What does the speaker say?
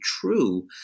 true